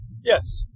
Yes